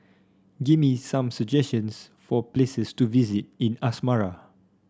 give me some suggestions for places to visit in Asmara